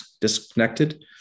disconnected